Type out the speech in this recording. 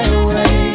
away